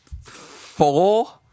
Four